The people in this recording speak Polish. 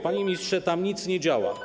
Panie ministrze, tam nic nie działa.